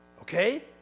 Okay